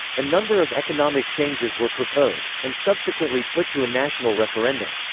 a number of economic changes were proposed, and subsequently put to a national referendum.